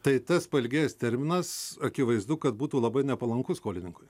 tai tas pailgėjęs terminas akivaizdu kad būtų labai nepalankus skolininkui